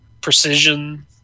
precision